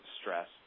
stress